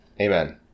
Amen